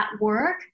work